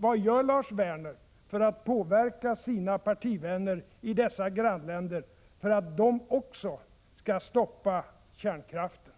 Vad gör Lars Werner för att påverka sina partivänner i dessa grannländer så att också de skall stoppa kärnkraften?